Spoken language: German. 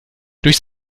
durch